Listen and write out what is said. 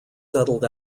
settled